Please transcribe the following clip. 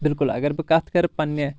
بالکُل اگر بہٕ کتھ کرٕ پننہِ